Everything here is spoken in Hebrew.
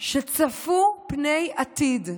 שצפו פני עתיד,